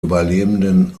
überlebenden